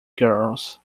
girls